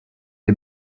est